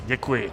Děkuji.